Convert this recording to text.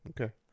Okay